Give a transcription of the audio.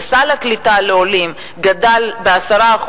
שסל הקליטה לעולים גדל ב-10%,